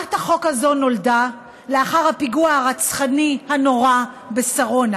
הצעת החוק הזאת נולדה לאחר הפיגוע הרצחני הנורא בשרונה